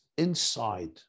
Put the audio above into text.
inside